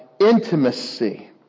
intimacy